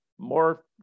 More